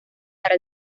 para